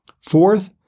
Fourth